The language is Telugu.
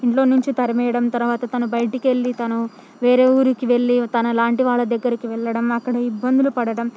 ఇంట్లో నుంచి తరిమేయడం తర్వాత తను బయటకి వెళ్లి తను వేరే ఊరికి వెళ్ళి తన లాంటి వాళ్ళ దగ్గరకి వెళ్ళడం అక్కడ ఇబ్బందులు పడటం